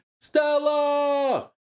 Stella